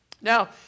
Now